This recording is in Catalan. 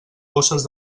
bosses